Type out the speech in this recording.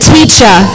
Teacher